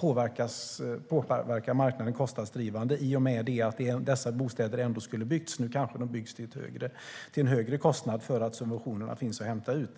påverkar marknaden kostnadsdrivande i och med att dessa bostäder ändå skulle ha byggts. Nu kanske de byggs till en högre kostnad för att subventionerna finns att hämta ut.